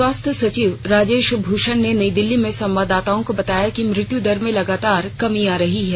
स्वास्थ्य सचिव राजेश भूषण ने नई दिल्ली में संवाददाताओं को बताया कि मृत्यू दर में लगातार कमी आ रही है